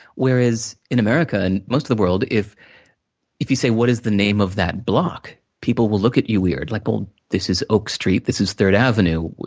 whereas, in america, and most of the world, if if you say, what is the name of that block, people will look at you weird. like well, this is oak street, this is third avenue.